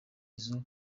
izo